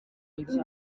gihe